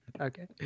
okay